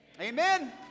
amen